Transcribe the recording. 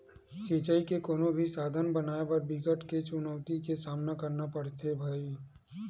सिचई के कोनो भी साधन बनाए बर बिकट के चुनउती के सामना करना परथे भइर